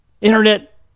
internet